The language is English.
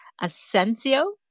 Asensio